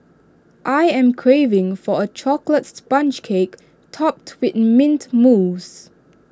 I am craving for A Chocolate Sponge Cake Topped with Mint Mousse